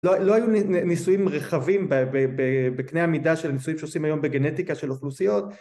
‫לא היו ניסויים רחבים ‫בקנה המידה של הניסויים ‫שעושים היום בגנטיקה של אוכלוסיות,